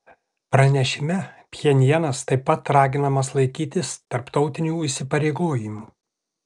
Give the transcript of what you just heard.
pranešime pchenjanas taip pat raginamas laikytis tarptautinių įsipareigojimų